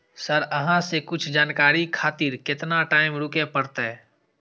Sir अहाँ से कुछ जानकारी खातिर केतना टाईम रुके परतें?